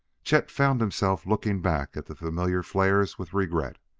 chet found himself looking back at the familiar flares with regret.